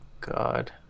God